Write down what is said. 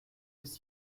des